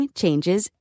changes